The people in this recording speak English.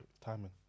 timing